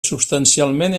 substancialment